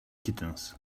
kittens